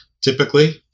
typically